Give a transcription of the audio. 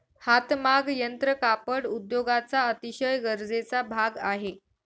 हातमाग यंत्र कापड उद्योगाचा अतिशय गरजेचा भाग आहे